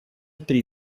три